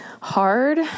hard